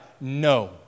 no